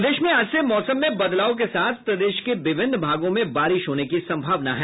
प्रदेश में आज से मौसम में बदलाव के साथ प्रदेश के विभिन्न भागों में बारिश होने की संभावना है